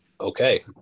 okay